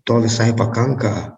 to visai pakanka